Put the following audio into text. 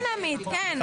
כן, עמית, כן.